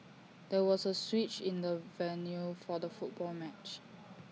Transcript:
there was A switch in the venue for the football match